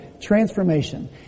transformation